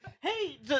Hey